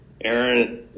Aaron